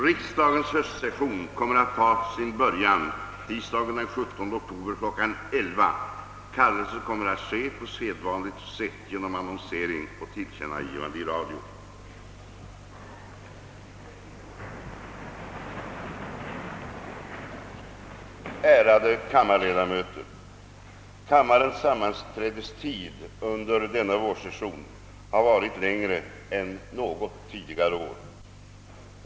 Riksdagens höstsession kommer att taga sin början tisdagen den 17 oktober kl. 11.00. Kallelse kommer att ske på sedvanligt sätt genom annonsering och tillkännagivande i radio. Ärade kammarledamöter! Kammarens sammanträdestid under denna vårsession har varit längre än något tidigare år.